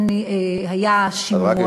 רק רגע,